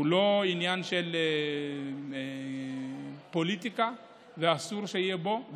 הוא לא עניין של פוליטיקה ואסור שתהיה בו,